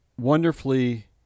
wonderfully